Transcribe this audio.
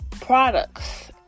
Products